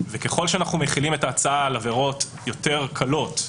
וככל שאנחנו מחילים את ההצעה על עבירות יותר קלות,